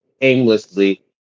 aimlessly